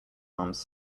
arms